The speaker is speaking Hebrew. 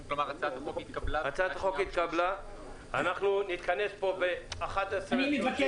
כלומר, הצעת החוק התקבלה בקריאה שנייה ושלישית?